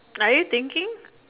are you thinking